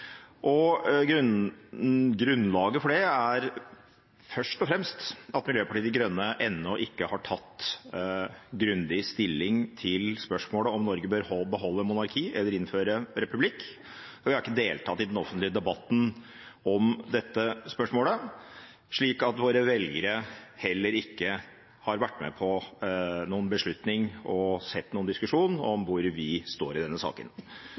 Grunnlaget for det er først og fremst at Miljøpartiet De Grønne ennå ikke har tatt grundig stilling til spørsmålet om Norge bør beholde monarkiet eller innføre republikk, og vi har ikke deltatt i den offentlige debatten om dette spørsmålet, slik at våre velgere heller ikke har vært med på noen beslutning og sett noen diskusjon om hvor vi står i denne saken.